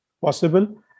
possible